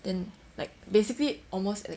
then like basically almost like